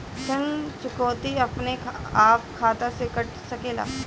ऋण चुकौती अपने आप खाता से कट सकेला?